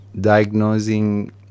diagnosing